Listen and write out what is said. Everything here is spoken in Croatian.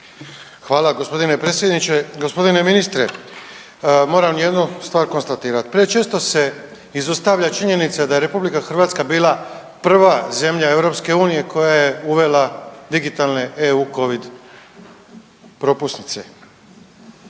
Hvala g. predsjedniče. Gospodine ministre, moram jednu stvar konstatirat. Prečesto se izostavlja činjenica da je RH bila prva zemlja EU koja je uvela digitalne eu covid propusnice.